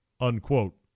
unquote